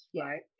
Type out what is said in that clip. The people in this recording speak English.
Right